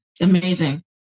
Amazing